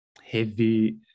heavy